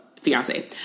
Fiance